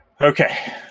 Okay